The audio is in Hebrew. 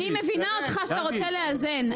אני מבינה אותך שאתה רוצה לאזן,